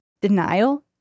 denial